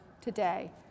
today